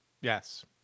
Yes